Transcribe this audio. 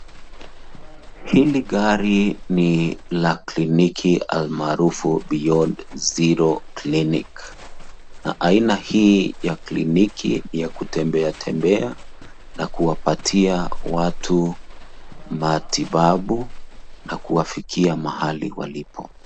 Hili gari ni la kliniki almaarufu [cs ] beyond zero clinic na aina hii ya kliniki ya kutembea tembea na kuwapatia watu matibabu na kuwafikia mahali walipo.